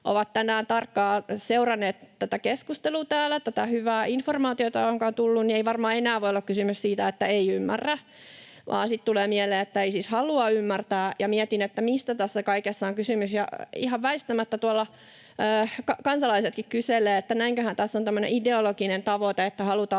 ovat tänään tarkkaan seuranneet tätä keskustelua täällä ja tätä hyvää informaatiota, jota on tullut, niin ei varmaan enää voi olla kysymys siitä, että ei ymmärrä, vaan sitten tulee mieleen, että ei siis halua ymmärtää. Mietin, mistä tässä kaikessa on kysymys, ja ihan väistämättä tuolla kansalaisetkin kyselevät, että näinköhän tässä on tämmöinen ideologinen tavoite, että halutaan